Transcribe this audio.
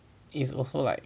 it's also like